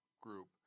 group